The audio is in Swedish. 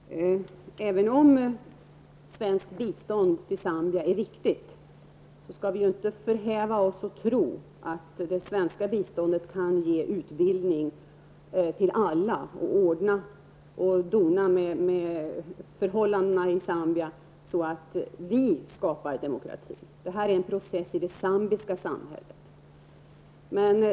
Herr talman! Även om svenskt bistånd till Zambia är viktigt, skall vi inte förhäva oss och tro att det svenska biståndet kan ge utbildning åt alla. Vi kan inte ordna och dona med förhållandena i Zambia så att vi skapar demokrati. Det är en process i de zambiska samhället.